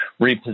reposition